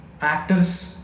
actors